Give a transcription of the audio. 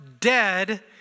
dead